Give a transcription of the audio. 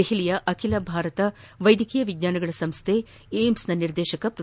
ದೆಹಲಿಯ ಅಖಿಲ ಭಾರತ ವೈದ್ಯಕೀಯ ವಿಜ್ವಾನಗಳ ಸಂಸ್ಥೆ ಏಮ್ಸ್ನ ನಿರ್ದೇಶಕ ಪ್ರೊ